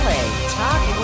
Talk